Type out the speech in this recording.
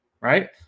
right